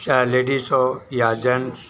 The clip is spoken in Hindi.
चाहे लेडीस हो या जेन्ट्स